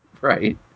Right